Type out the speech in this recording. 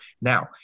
Now